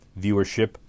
viewership